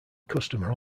customer